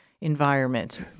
environment